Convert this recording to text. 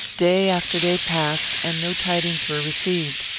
day after day passed, and no tidings were received.